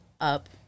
up